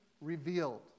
revealed